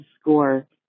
score